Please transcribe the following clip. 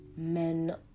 men